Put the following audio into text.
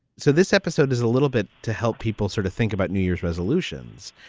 so this episode is a little bit to help people sort of think about new year's resolutions.